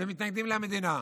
ומתנגדים למדינה,